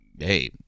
Hey